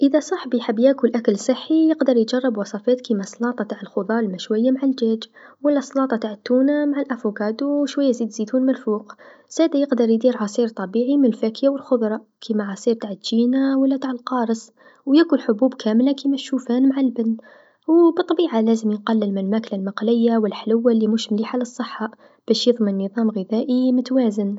إذا صاحبي يحاول ياكل أكل صحي يقدر يجرب وصفات كيما صلاطه تع الخضر المشويا مع الجاج، و لا صلاطه تع التونه مع الأفوكادو و شويا زيت زيتون مالفوق، زادا يقدر يدير عصير طبيعي من الفاكيا و الخضرا كيما عصير تع التشينا و لا تع القارص، و ياكل حبوب كامله كيما الشوفان مع اللبن، و بالطبيعه لازم يقلل من الماكله المقليه و الحلوا لمش مليحه للصحه باش يضمن نظام غذائي متوازن.